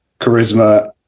charisma